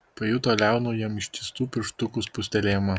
pajuto liaunų jam ištiestų pirštukų spustelėjimą